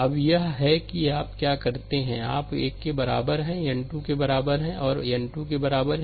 अब यह है कि आप क्या करते हैं आप 1 के बराबर है n 2 के बराबर है और n 2 के बराबर है